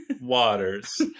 Waters